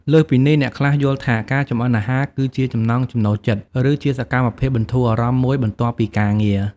លើសពីនេះ អ្នកខ្លះយល់ថាការចម្អិនអាហារគឺជា ចំណង់ចំណូលចិត្ត ឬជាសកម្មភាពបន្ធូរអារម្មណ៍មួយបន្ទាប់ពីការងារ។